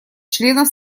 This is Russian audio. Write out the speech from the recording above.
членов